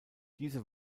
diese